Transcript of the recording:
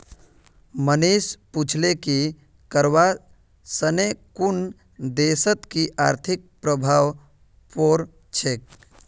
मनीष पूछले कि करवा सने कुन देशत कि आर्थिक प्रभाव पोर छेक